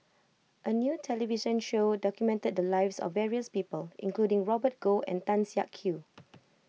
a new television show documented the lives of various people including Robert Goh and Tan Siak Kew